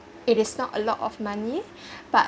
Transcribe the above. it is not a lot of money but